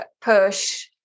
push